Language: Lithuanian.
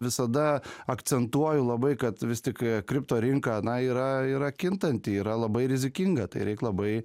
visada akcentuoju labai kad vis tik kriptorinka yra yra kintanti yra labai rizikinga tai reik labai